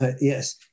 Yes